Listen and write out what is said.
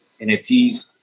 nfts